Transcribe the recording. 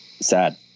Sad